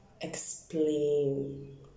explain